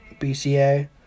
bca